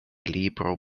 libro